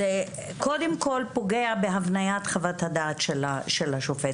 זה קודם כל פוגע בהבניית חוות הדעת של השופט.